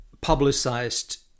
publicized